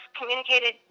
communicated